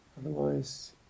otherwise